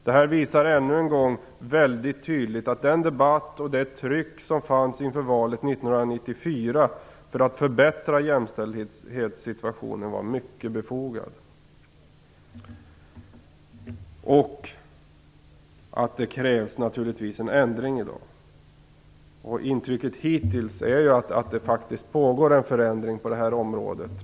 Detta visar ännu en gång mycket tydligt att den debatt och det tryck som fanns inför valet 1994 för att förbättra jämställdhetssituationen var mycket befogade och att det naturligtvis krävs en ändring i dag. Intrycket hittills är att det faktiskt pågår en förändring på detta område.